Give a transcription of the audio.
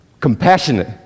compassionate